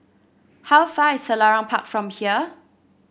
how far is Selarang Park from here